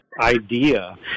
idea